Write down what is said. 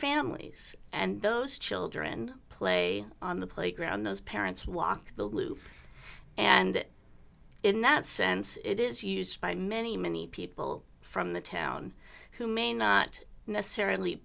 families and those children play on the playground those parents walk the loop and in that sense it is used by many many people from the town who may not necessarily